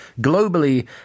Globally